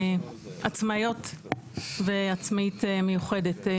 עצמאיות ועצמאית מיוחדת,.